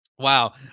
Wow